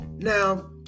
Now